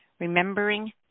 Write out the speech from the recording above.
Remembering